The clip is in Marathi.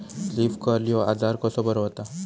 लीफ कर्ल ह्यो आजार कसो बरो व्हता?